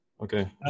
Okay